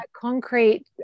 concrete